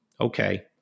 Okay